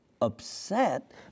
upset